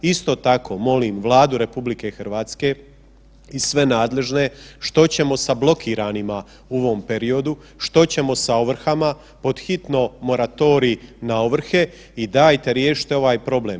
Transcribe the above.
Isto tako molim Vladu RH i sve nadležne što ćemo sa blokiranima u ovom periodu, što ćemo sa ovrhama, pod hitno moratorij na ovrhe i dajte riješite ovaj problem.